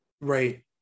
Right